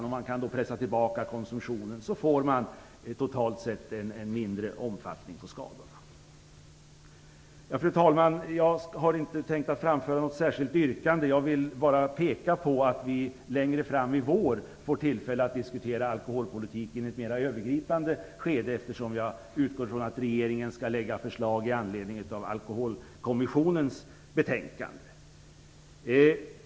Om man kan pressa ner konsumtionen får man totalt sett en mindre omfattning på skadorna. Fru talman! Jag tänker inte framföra något yrkande. Jag vill bara peka på att vi längre fram i vår kommer att få tillfälle att diskutera alkoholpolitiken mer övergripande eftersom jag utgår ifrån att regeringen kommer med förslag med anledning av Alkoholkommissionens betänkande.